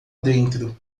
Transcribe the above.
dentro